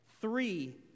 three